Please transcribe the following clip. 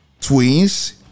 twins